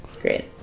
Great